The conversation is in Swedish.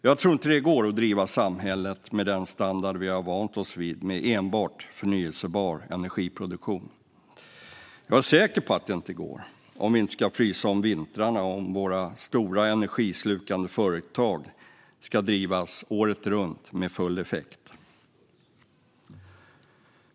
Jag tror inte att det går driva samhället med den standard vi har vant oss vid med enbart förnybar energiproduktion. Jag är säker på att det inte går om vi inte ska frysa om vintrarna och om våra stora energislukande företag ska kunna drivas året runt med full effekt.